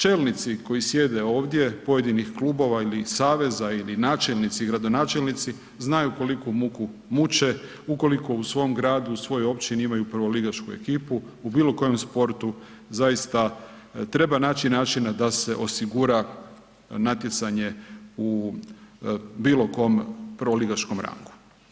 Čelnici koji sjede ovdje, pojedinih klubova ili saveza ili načelnici i gradonačelnici, znaju koliku muku muče ukoliko u svojem gradu, u svojoj općini imaju prvoligašku ekipu u bilo kojem sportu, zaista, treba naći načina da se osigura natjecanje u bilo kom prvoligaškom rangu.